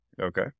Okay